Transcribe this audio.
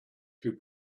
two